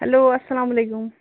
hello اَسلام علیکُم